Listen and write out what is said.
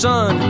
Son